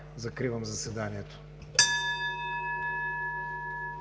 Закривам заседанието.